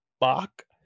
Bach